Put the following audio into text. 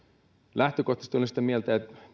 lähtökohtaisesti olen sitä mieltä että